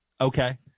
Okay